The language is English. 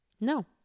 No